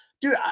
Dude